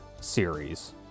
series